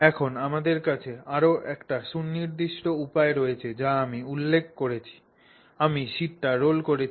এখন আমাদের কাছে আরও একটি সুনির্দিষ্ট উপায় রয়েছে যা আমি উল্লেখ করেছি আমি শীটটি রোল করেছি